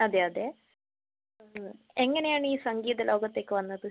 അതെ അതെ എങ്ങനെയാണ് ഈ സംഗീത ലോകത്തേയ്ക്ക് വന്നത്